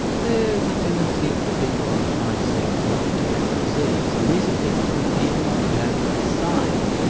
there's a tendency for the people on high zinc not to get the disease and these are people who did not have a sign.